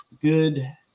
good